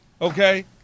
okay